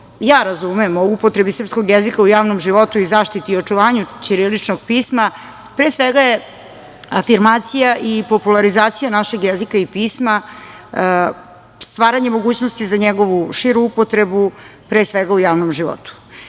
ja razume o upotrebi srpskog jezika u javnom životu i zaštiti i očuvanju ćiriličnog pisma, pre svega je afirmacija i popularizacija našeg jezika i pisma, stvaranje mogućnosti za njegovu širu upotrebu, pre svega u javnom životu. Zakon